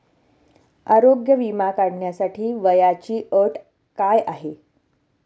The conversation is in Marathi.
आरोग्य विमा काढण्यासाठी वयाची अट काय आहे?